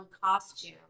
costume